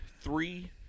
three